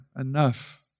enough